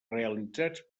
realitzats